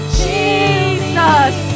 jesus